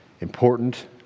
important